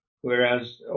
whereas